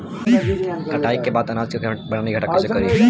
कटाई के बाद अनाज के भंडारण में इकठ्ठा कइसे करी?